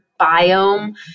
biome